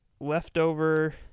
Leftover